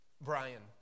Brian